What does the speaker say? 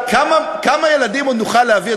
כמה ילדים עוד נוכל להביא,